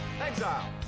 Exile